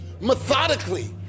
methodically